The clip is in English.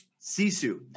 Sisu